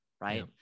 right